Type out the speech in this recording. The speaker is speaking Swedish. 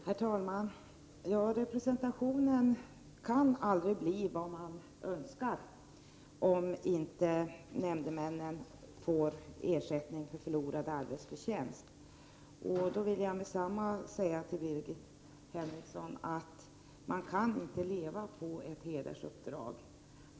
Herr talman! Representationen kan aldrig bli vad man önskar, om inte nämndemännen får ersättning för förlorad arbetsförtjänst. Jag vill säga till Birgit Henriksson att man inte kan leva på ett hedersuppdrag.